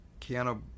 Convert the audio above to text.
Keanu